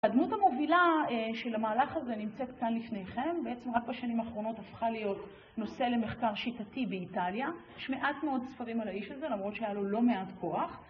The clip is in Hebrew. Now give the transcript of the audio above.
הדמות המובילה של המהלך הזה נמצאת כאן לפניכם בעצם רק בשנים האחרונות הפכה להיות נושא למחקר שיטתי באיטליה יש מעט מאוד ספרים על האיש הזה למרות שהיה לו לא מעט כוח